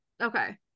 Okay